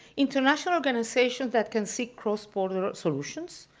international organization that can seek cross-borer solutions,